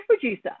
producer